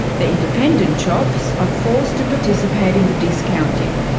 the independent shops are forced to participate in the discounting.